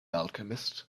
alchemist